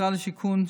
במשרד השיכון,